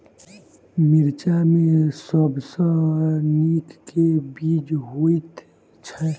मिर्चा मे सबसँ नीक केँ बीज होइत छै?